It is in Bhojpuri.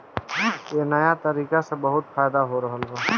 ए नया तरीका से बहुत फायदा हो रहल बा